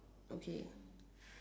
okay